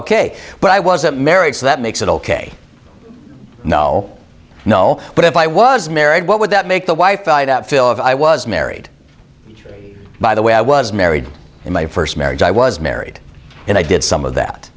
ok but i wasn't married so that makes it ok no no but if i was married what would that make the wife i doubt feel if i was married by the way i was married in my first marriage i was married and i did some of that